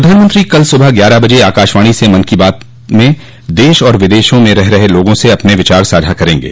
प्रधानमंत्री कल सुबह ग्यारह बजे आकाशवाणी से मन की बात में देश और विदेशों में रह रहे लोगों से अपने विचार साझा करेंगे